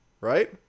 Right